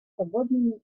свободными